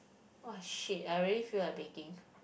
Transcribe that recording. !wah! shit I really feel like baking